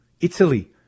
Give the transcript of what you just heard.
Italy